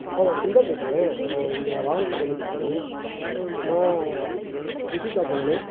ஆ நான் சுந்தர் பேசுகிறேன் இங்கே வாளையங்குளத்துலேருந்து பேசுகிறேன் விக்கி கேப்ஸுங்களாண்ணே